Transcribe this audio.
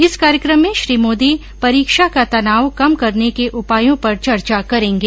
इस कार्यक्रम में श्री मोदी परीक्षा का तनाव कम करने के उपायों पर चर्चा करेंगे